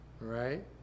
right